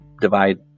divide